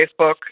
Facebook